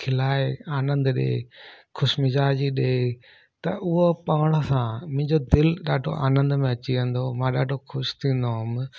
खिलाए आनंद ॾिए ख़ुशि मिजाजी ॾिए त उहो पाण सां मुंहिंजो दिलि ॾाढो आनंद में अची वेंदो मां ॾाढो ख़ुशि थींदो हुउमि